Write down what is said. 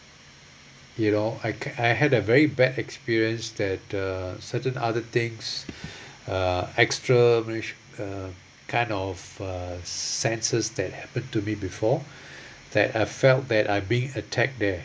you know I I had a very bad experience that a certain other things uh extra a kind of uh senses that happened to me before that I felt that I being attacked there